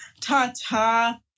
ta-ta